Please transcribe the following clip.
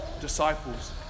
disciples